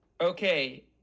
okay